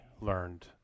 learned